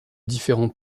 différents